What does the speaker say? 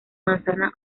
manzana